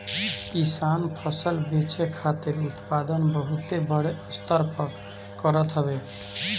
किसान फसल बेचे खातिर उत्पादन बहुते बड़ स्तर पे करत हवे